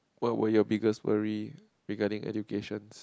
what were your biggest worry regarding educations